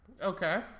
Okay